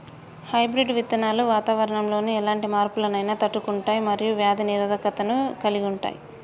hybrid విత్తనాలు వాతావరణంలోని ఎలాంటి మార్పులనైనా తట్టుకుంటయ్ మరియు వ్యాధి నిరోధకతను కలిగుంటయ్